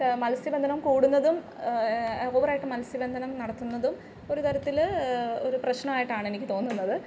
മത്സ്യബന്ധനം കൂടുന്നതും ഓവറായിട്ട് മത്സ്യബന്ധനം നടത്തുന്നതും ഒരു തരത്തിൽ ഒരു പ്രശ്നമായിട്ടാണ് എനിക്ക് തോന്നുന്നത്